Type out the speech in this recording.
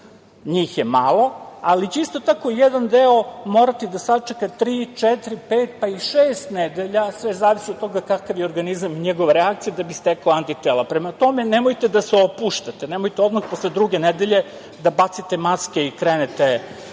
njih je malo, ali će isto tako jedan deo morati da sačeka tri, četiri, pet, pa i šest nedelja, zavisi od toga kakav je organizam njegova reakcija da bi stekao anti tela. Prema tome, nemojte da se opuštate, nemojte odmah posle druge nedelje da bacite maske i krenete bez